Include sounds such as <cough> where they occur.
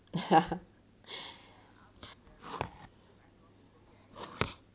<laughs> ya